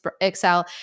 excel